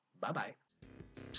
Bye-bye